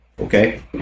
Okay